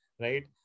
right